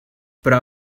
però